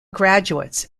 graduates